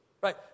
Right